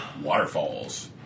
Waterfalls